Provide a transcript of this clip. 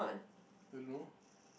don't know